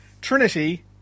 Trinity